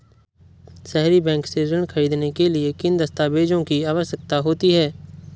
सहरी बैंक से ऋण ख़रीदने के लिए किन दस्तावेजों की आवश्यकता होती है?